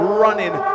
running